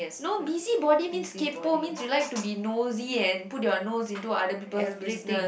no busybody means kaypoh means you like to be nosey and put your nose into other people's business